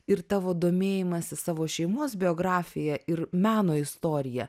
ir tavo domėjimasį savo šeimos biografija ir meno istorija